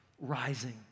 Rising